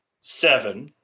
seven